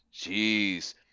jeez